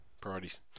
priorities